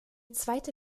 zweite